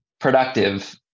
productive